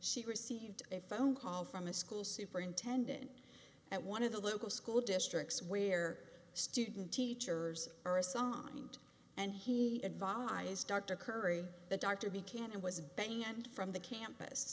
she received a phone call from a school superintendent at one of the local school districts where student teachers are a song and and he advised dr curry the doctor be can and was banging and from the campus